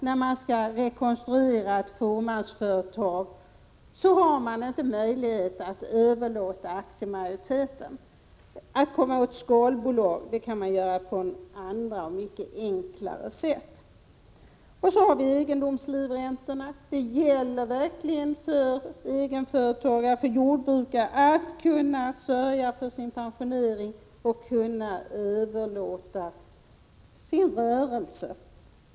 När man skall rekonstruera ett fåmansföretag har man inte ens möjlighet att överlåta aktiemajoriteten. Komma åt ”skalbolag” kan man göra på andra och mycket enklare sätt. Vi har också egendomslivräntorna. Det gäller verkligen för egenföretagare och för jordbrukare att kunna sörja för sin pensionering och kunna överlåta sin rörelse.